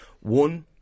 One